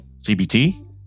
CBT